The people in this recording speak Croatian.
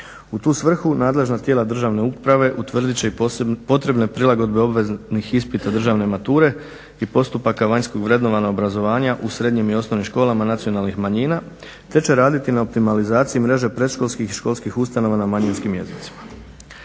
U tu svrhu nadležna tijela državne uprave utvrdit će i potrebne prilagodbe obveznih ispita državne mature i postupaka vanjskog vrednovanja obrazovanja u srednjim i osnovnim školama nacionalnih manjina te će raditi na optimalizaciji mreže predškolskih i školskih ustanova na manjinskim jezicima.